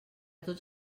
tots